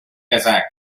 kazakh